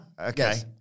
Okay